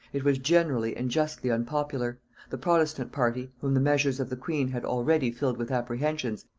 it was generally and justly unpopular the protestant party, whom the measures of the queen had already filled with apprehensions,